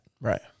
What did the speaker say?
Right